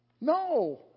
No